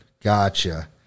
Gotcha